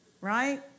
Right